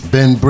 Ben